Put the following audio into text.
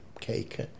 cake